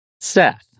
Seth